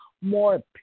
more